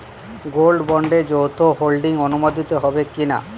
Gold বন্ডে যৌথ holding অনুমোদিত হবে কিনা?